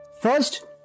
First